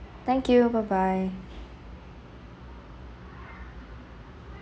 thank you bye bye